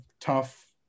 tough